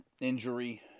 injury